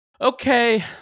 Okay